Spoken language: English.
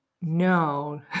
no